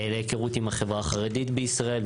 להכרות עם החברה החרדית בישראל,